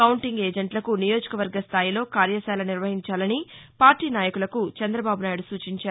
counting ఏజెంట్లకు నియోజకవర్గ స్థాయిలో కార్యశాల నిర్వహించాలని పార్టీ నాయకులకు చంద్రబాబు నాయుడు సూచించారు